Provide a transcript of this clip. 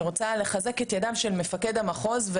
אני רוצה לחזק את ידיו של מפקד הימ"ר,